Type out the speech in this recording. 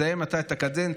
תסיים אתה את הקדנציה,